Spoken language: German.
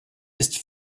ist